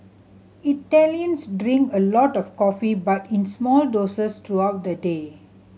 Italians drink a lot of coffee but in small doses throughout the day